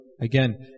again